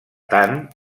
tant